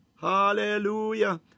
hallelujah